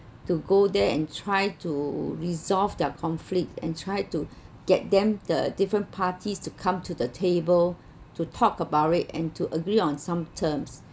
to go there and try to resolve their conflict and try to get them the different parties to come to the table to talk about it and to agree on some terms